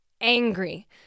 angry